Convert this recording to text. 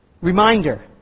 reminder